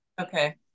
Okay